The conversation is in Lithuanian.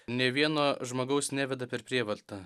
nė vieno žmogaus neveda per prievartą